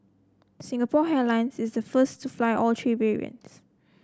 Singapore Airlines is the first to fly all three variants